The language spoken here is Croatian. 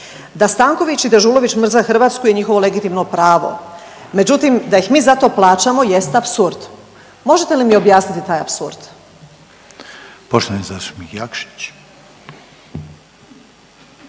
Da Stanković i Dežulović mrze Hrvatsku je njihovo legitimno pravo, međutim da ih mi za to plaćamo jest apsurd. Možete li mi objasniti taj apsurd? **Reiner, Željko